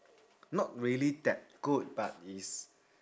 not really that good but is